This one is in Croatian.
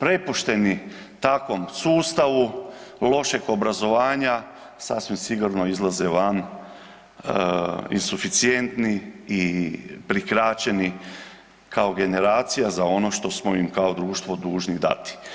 prepušteni takvom sustavu lošeg obrazovanja, sasvim sigurno izlaze van suficijentni i prikraćeni kao generacija za ono što smo im kao društvo dužni dati.